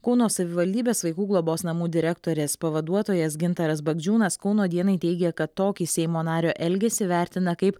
kauno savivaldybės vaikų globos namų direktorės pavaduotojas gintaras bagdžiūnas kauno dienai teigė kad tokį seimo nario elgesį vertina kaip